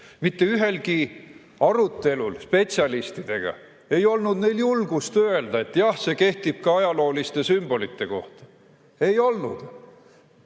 Mitte ühelgi arutelul spetsialistidega ei olnud neil julgust öelda, et jah, see kehtib ka ajalooliste sümbolite kohta. Ei olnud!